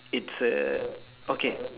it's a okay